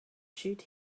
shoot